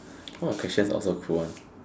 all the question all so cool one